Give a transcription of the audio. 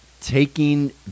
taking